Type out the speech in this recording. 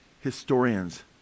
historians